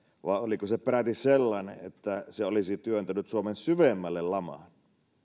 vai oliko se peräti sellainen että se olisi työntänyt suomen syvemmälle lamaan